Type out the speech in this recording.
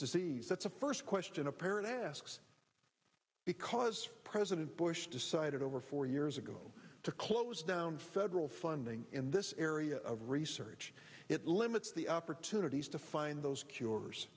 disease that's the first question a parent asks because president bush decided over four years ago to close down federal funding in this area of research it limits the opportunities to find those cures